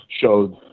showed